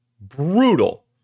Brutal